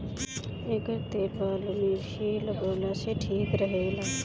एकर तेल बाल में भी लगवला से बाल ठीक रहेला